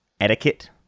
etiquette